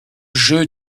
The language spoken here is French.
jeu